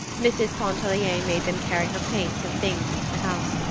mrs. pontellier made them carry her paints and things into the house.